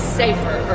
safer